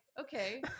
okay